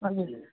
हजुर